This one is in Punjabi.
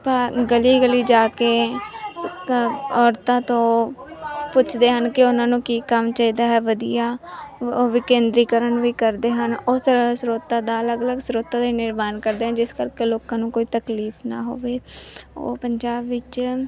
ਭਾ ਗਲੀ ਗਲੀ ਜਾ ਕੇ ਔਰਤਾਂ ਤੋਂ ਪੁੱਛਦੇ ਹਨ ਕਿ ਉਹਨਾਂ ਨੂੰ ਕੀ ਕੰਮ ਚਾਹੀਦਾ ਹੈ ਵਧੀਆ ਵਿਕੇਂਦਰੀਕਰਨ ਵੀ ਕਰਦੇ ਹਨ ਉਸ ਤਰ੍ਹਾਂ ਦਾ ਸਰੋਤਾਂ ਦਾ ਅਲੱਗ ਅਲੱਗ ਸਰੋਤਾਂ ਦੇ ਨਿਰਮਾਣ ਕਰਦੇ ਜਿਸ ਕਰਕੇ ਲੋਕਾਂ ਨੂੰ ਕੋਈ ਤਕਲੀਫ ਨਾ ਹੋਵੇ ਉਹ ਪੰਜਾਬ ਵਿੱਚ